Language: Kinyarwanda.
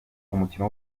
umukino